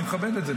אני מכבד את זה,